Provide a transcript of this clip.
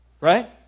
right